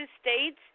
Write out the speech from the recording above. States